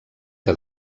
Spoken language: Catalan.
que